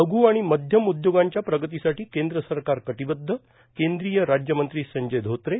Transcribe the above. लघु आणि मध्यम उद्योगांच्या प्रगतीसाठी केंद्र सरकार कटिबद्ध केंद्रीय राज्यमंत्री संजय धोत्रे